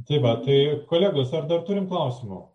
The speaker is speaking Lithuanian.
tai va tai kolegos ar dar turim klausimų